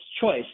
choice